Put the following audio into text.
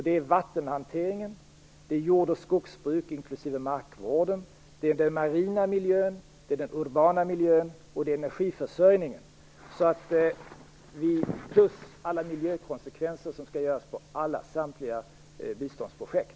Det är vattenhanteringen, jord och skogsbruk inklusive markvården, den marina miljön, den urbana miljön och energiförsörjningen. Dessutom skall det göras miljökonsekvensanalyser på samtliga biståndsprojekt.